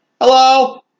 Hello